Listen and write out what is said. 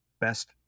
best